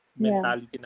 Mentality